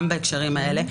גם בהקשרים האלה.